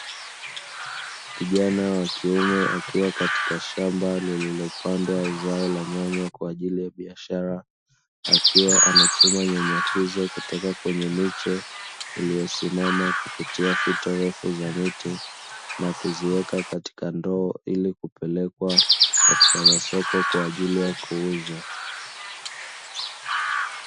Kijana wa kiume akiwa katika shamba lililopandwa zao la nyanya kwa ajili ya biashara; akiwa anachuma nyanya hizo kutoka kwenye miche iliyosimamana kupitia fito refu za miti na kuziweka katika ndoo, ili kupelekwa katika masoko kwa ajili ya kuuzwa.